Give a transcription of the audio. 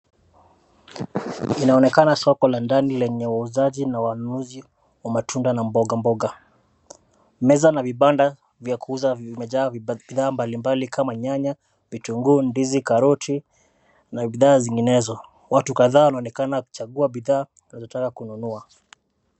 Inaonekana soko la ndani lenye wauzaji na wanunuzi, wa matunda na mbogamboga, meza na vibanda, vya kuuza vimejaa bidhaa mbalimbali kama nyanya, vitunguu, ndizi, karoti, na bidhaa zinginezo, watu kadhaa wanaonekana wakichagua bidhaa wakitaka kununua.